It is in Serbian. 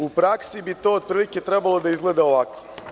U praksi bi to otprilike trebalo da izgleda ovako.